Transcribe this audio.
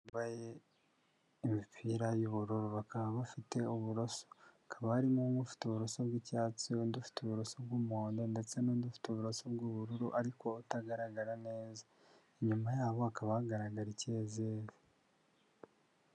Umugore wambaye imipira y'ubururu, bakaba bafite uburoso, bakaba harimo nk'ufite uburoso bw'icyatsi, undi ufite uburoso bw'umuhondo, ndetse n'undi ufite uburaso bw'ubururu, ariko utagaragara neza, inyuma yabo hakaba hagaragara icyezeri.